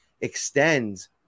extends